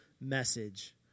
message